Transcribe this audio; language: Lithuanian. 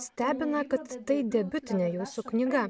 stebina kad tai debiutinė jūsų knyga